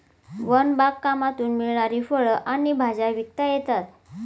one बागकामातून मिळणारी फळं आणि भाज्या विकता येतात